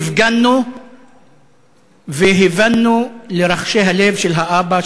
הפגנו והבנו לרחשי הלב של האבא,